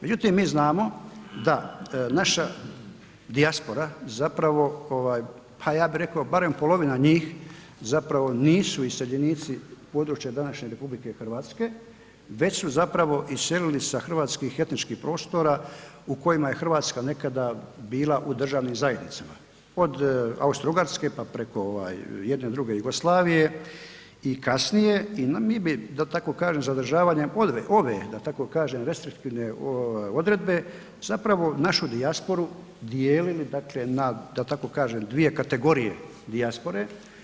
Međutim, mi znamo da naša dijaspora zapravo ovaj, pa ja bih rekao barem polovina njih, zapravo nisu iseljenici s područja današnje RH, već su zapravo iselili sa hrvatskih etničkih prostora u kojima je Hrvatska nekada bila u državnim zajednicama, od Austrougarske, pa preko ovaj jedne, druge Jugoslavije i kasnije i mi bi da tako kažem zadržavanjem ove da tako kažem, restriktivne odredbe, zapravo našu dijasporu dijelili dakle da tako kažem na dvije kategorije dijaspore.